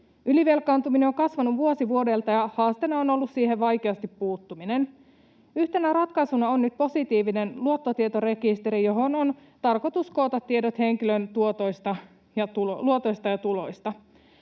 Ylivelkaantuminen on kasvanut vuosi vuodelta, ja haasteena on ollut vaikea puuttuminen siihen. Yhtenä ratkaisuna on nyt positiivinen luottotietorekisteri, johon on tarkoitus koota tiedot henkilön luotoista ja tuloista.